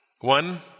One